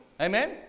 Amen